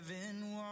Heaven